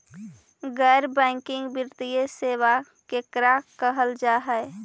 गैर बैंकिंग वित्तीय सेबा केकरा कहल जा है?